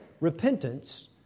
repentance